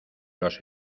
los